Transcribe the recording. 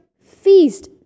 feast